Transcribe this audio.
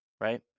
Right